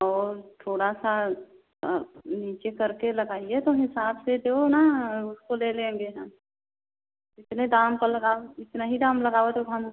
और थोड़ा सा नीचे करके लगाइए तो हिसाब से देओ ना उसको ले लेंगे हम कितने दाम का लगाओ इतने ही दाम लगाओ तो हम